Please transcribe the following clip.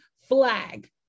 flag